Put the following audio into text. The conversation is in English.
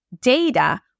data